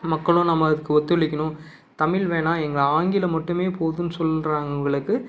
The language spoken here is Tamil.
மக்களும் நம்ம அதுக்கு ஒத்துழைக்கணும் தமிழ் வேணாம் எங்கள் ஆங்கிலம் மட்டும் போதுன்னு சொல்கிறவங்களுக்கு